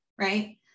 right